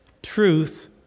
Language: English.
truth